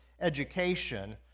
education